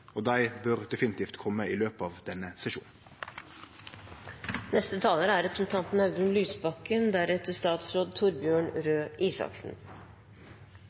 og dei bør definitivt kome i løpet av denne